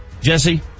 Jesse